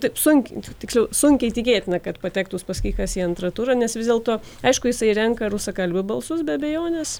taip sunkiai tiksliau sunkiai tikėtina kad patektų uspaskichas į antrą turą nes vis dėlto aišku jisai renka rusakalbių balsus be abejonės